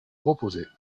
proposez